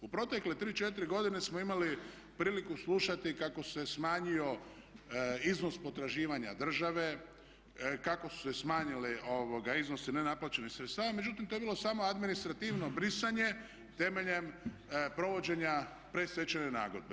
U protekle tri, četiri godine smo imali priliku slušati kako se smanjio iznos potraživanja države, kako su se smanjili iznosi nenaplaćenih sredstava međutim to je bilo samo administrativno brisanje temeljem provođenja predstečajne nagodbe.